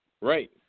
Right